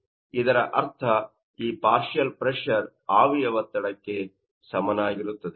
ಇದರರ್ಥ ಈ partial pressure ಆವಿಯ ಒತ್ತಡಕ್ಕೆ ಸಮನಾಗಿರುತ್ತದೆ